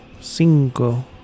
cinco